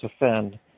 offend